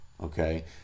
okay